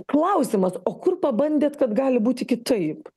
klausimas o kur pabandėt kad gali būti kitaip